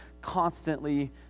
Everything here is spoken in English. constantly